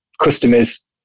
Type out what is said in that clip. customers